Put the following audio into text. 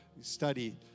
study